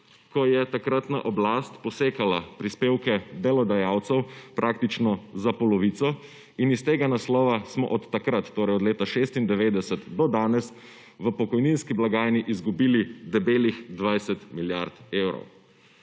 ko je takratna oblast posekala prispevke delodajalcev praktično za polovico in iz tega naslova smo od takrat, torej od leta 1996 do danes v pokojninski blagajni izgubili debelih 20 milijard evrov.